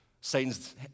Satan's